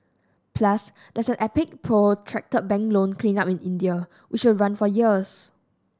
plus there's an epic protracted bank loan cleanup in India which will run for years